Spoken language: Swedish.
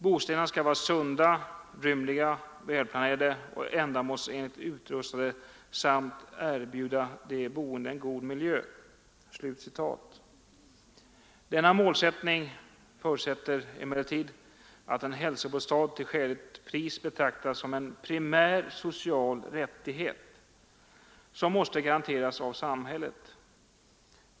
Bostäderna skall vara sunda, rymliga, välplanerade och ändamålsenligt utrustade samt erbjuda de boende en god miljö.” Denna målsättning förutsätter emellertid att en hälsobostad till skäligt pris betraktas som en primär social rättighet, som måste garanteras av samhället.